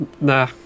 Nah